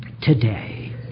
today